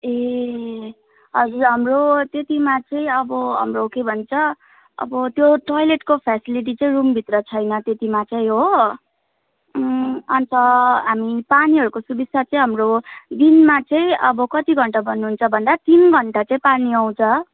ए हजुर हाम्रो त्यतिमा चाहिँ अब हाम्रो के भन्छ अब त्यो टोइलेटको फेसिलिटी चाहिँ रुमभित्र छैन त्यतिमा चाहिँ हो अन्त हामी पानीहरूको सुविस्ता चाहिँ हाम्रो दिनमा चाहिँ अब कति घन्टा भन्नुहुन्छ भन्दा तिन घन्टा चाहिँ पानी आउँछ